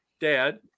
Dad